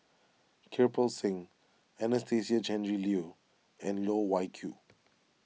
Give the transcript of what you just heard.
Kirpal Singh Anastasia Tjendri Liew and Loh Wai Kiew